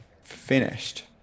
finished